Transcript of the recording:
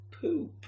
poop